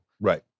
Right